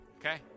Okay